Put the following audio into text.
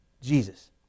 Jesus